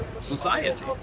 society